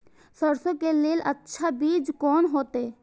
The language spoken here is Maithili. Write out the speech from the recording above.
सरसों के लेल अच्छा बीज कोन होते?